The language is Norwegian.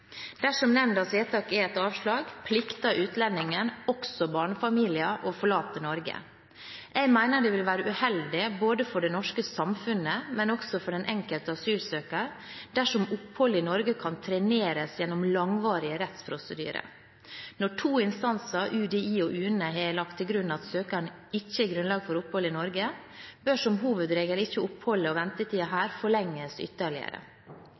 Dersom nemdas vedtak er avslag, plikter utlendingen, også barnefamilier, å forlate Norge. Jeg mener det vil være uheldig både for det norske samfunnet, men også for den enkelte asylsøker, dersom oppholdet i Norge kan treneres gjennom langvarige rettsprosedyrer. Når to instanser, UDI og UNE, har lagt til grunn at asylsøkeren ikke har grunnlag for opphold i Norge, bør som hovedregel ikke oppholdet og ventetiden her forlenges ytterligere.